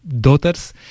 daughters